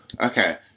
Okay